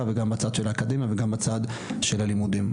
וגם בצד של האקדמיה וגם בצד של הלימודים.